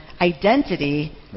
identity